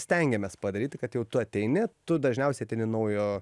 stengiamės padaryti kad jau tu ateini tu dažniausiai ateini naujo